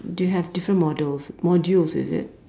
d~ you have different models modules is it